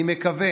אני מקווה